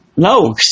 No